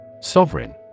Sovereign